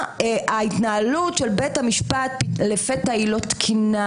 שההתנהלות של בית המשפט לפתע היא לא תקינה,